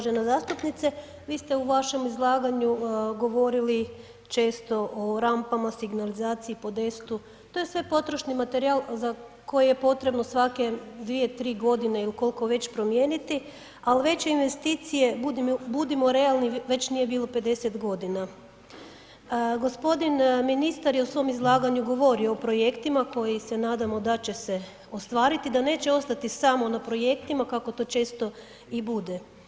Gđo. uvažena zastupnice, vi ste u vašem izlaganju govorili često o rampama, signalizaciji, podestu, to je sve potrošni materijal za koje je potrebno svake 2, 3 godine ili koliko već, promijeniti, ali veće investicije, budimo realni, već nije bilo 50 g. G. ministar je u svom izlaganju govorio o projektima koji se nadamo da će se ostvariti, da neće ostati samo na projektima kako to često i bude.